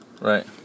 Right